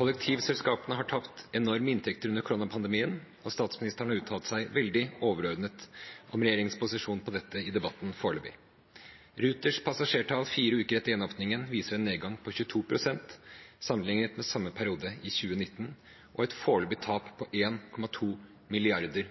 Kollektivselskapene har tapt enorme inntekter under koronapandemien, og statsministeren har uttalt seg veldig overordnet om regjeringens posisjon når det gjelder dette i debatten foreløpig. Ruters passasjertall fire uker etter gjenåpningen viser en nedgang på 22 pst. sammenliknet med samme periode i 2019 og et foreløpig tap på